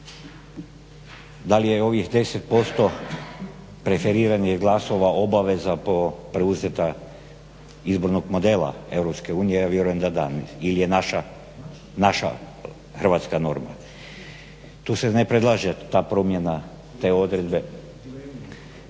Da li je ovih 10% preferiranje glasova obaveza preuzeta izbornog modela Eu. Ja vjerujem da da ili je naša hrvatska norma. Tu se ne predlaže ta promjena te odredbe